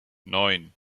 neun